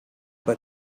but